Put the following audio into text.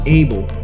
able